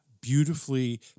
beautifully